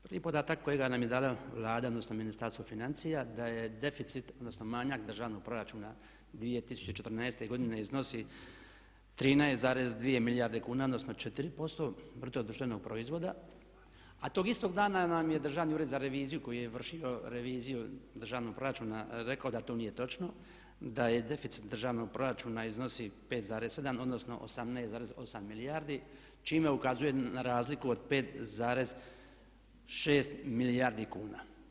Prvi podatak kojega nam je dala Vlada odnosno Ministarstvo financija da je deficit odnosno manjak državnog proračuna 2014. iznosi 13,2 milijarde kuna, odnosno 4% BDP a tog istog dana nam je Državni ured za reviziju koji je vršio reviziju državnog proračuna rekao da to nije točno, da je deficit državnog proračuna iznosi 5,7 odnosno 18,8 milijardi čime ukazuje na razliku od 5,6 milijardi kuna.